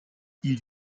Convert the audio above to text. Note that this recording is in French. ils